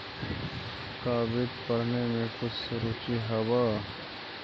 का वित्त पढ़ने में कुछ रुचि हवअ